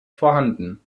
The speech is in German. vorhanden